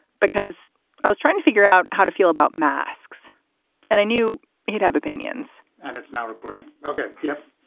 because i was trying to figure out how to feel about masks and i knew he'd have opinions and it's now recording ok. yeah